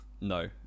No